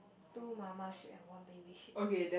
two Mama sheep and one baby sheep